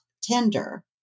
tender